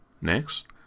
Next